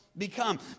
become